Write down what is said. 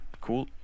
Cool